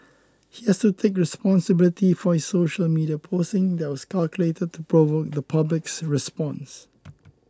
he has to take responsibility for his social media posing that was calculated to provoke the public's response